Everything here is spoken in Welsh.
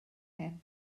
hyn